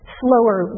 slower